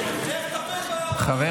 לך, לך תעשה, חבר